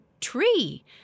tree